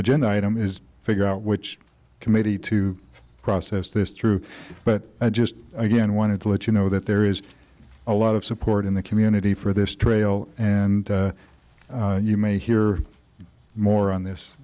agenda item is figure out which committee to process this through but i just again wanted to let you know that there is a lot of support in the community for this trail and you may hear more on this